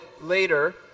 later